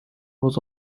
was